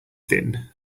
thin